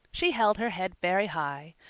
she held her head very high,